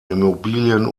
immobilien